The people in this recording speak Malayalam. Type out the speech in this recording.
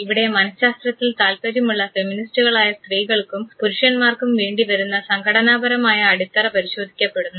ഇവിടെ സ്ത്രീകളുടെ മനഃശാസ്ത്രത്തിൽ താല്പര്യമുള്ള ഫെമിനിസ്റ്റുകളായ സ്ത്രീകൾക്കും പുരുഷന്മാർക്കും വേണ്ടിവരുന്ന സംഘടനാപരമായ അടിത്തറ പരിശോധിക്കപ്പെടുന്നു